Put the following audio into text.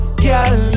Girl